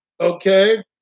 okay